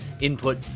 input